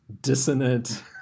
dissonant